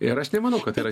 ir aš nemanau kad tai yra